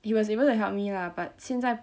it was able to help me lah but 现在